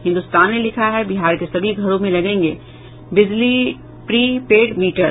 हिन्दुस्तान ने लिखा है बिहार के सभी घरों में लगेंगे बिजली प्री पेड मीटर